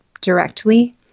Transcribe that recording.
directly